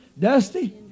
Dusty